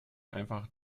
einfach